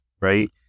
right